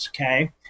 Okay